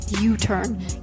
U-Turn